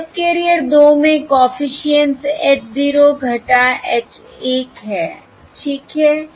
और सबकेरियर 2 में coefficients h 0 h 1 है ठीक है